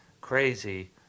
crazy